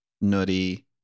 nutty